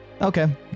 Okay